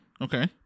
Okay